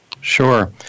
Sure